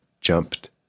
jumped